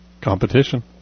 Competition